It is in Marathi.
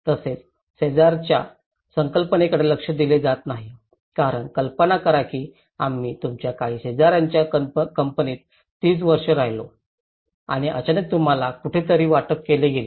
तसेच शेजारच्या संकल्पनेकडे लक्ष दिले जात नाही कारण कल्पना करा की आम्ही तुमच्या काही शेजार्यांच्या कंपनीत 30 वर्षे राहिलो आणि अचानक तुम्हाला कुठेतरी वाटप केले जाईल